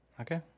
Okay